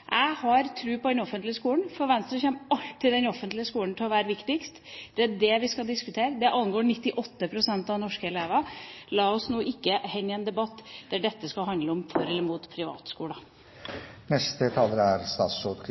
jeg mener er en grunnleggende mistolking. Jeg har tro på den offentlige skolen. For Venstre kommer alltid den offentlige skolen til å være viktigst. Det er det vi skal diskutere. Det angår 98 pst. av norske elever. La oss nå ikke ende i en debatt der det skal handle om for eller imot privatskoler. Det som kommer til å være